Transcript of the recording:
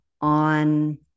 on